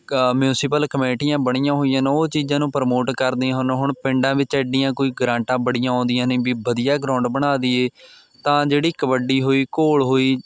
ਕ ਮਿਊਨਸੀਪਲ ਕਮੇਟੀਆਂ ਬਣੀਆਂ ਹੋਈਆਂ ਨੇ ਉਹ ਚੀਜ਼ਾਂ ਨੂੰ ਪ੍ਰਮੋਟ ਕਰਦੀਆਂ ਹਨ ਹੁਣ ਪਿੰਡਾਂ ਵਿੱਚ ਐਡੀਆਂ ਕੋਈ ਗਰਾਂਟਾਂ ਬੜੀਆਂ ਆਉਂਦੀਆਂ ਨਹੀਂ ਵੀ ਵਧੀਆ ਗਰਾਊਂਡ ਬਣਾ ਦਈਏ ਤਾਂ ਜਿਹੜੀ ਕਬੱਡੀ ਹੋਈ ਘੋਲ ਹੋਈ